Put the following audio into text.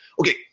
Okay